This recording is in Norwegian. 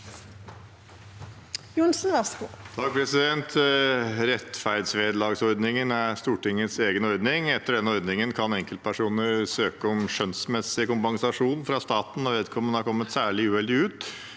Rettferdsve- derlagsordningen er Stortingets egen ordning. Etter denne ordningen kan enkeltpersoner søke om skjønnsmessig kompensasjon fra staten når vedkommende er kommet særlig uheldig ut